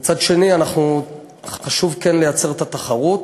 ומצד שני חשוב כן לייצר את התחרות,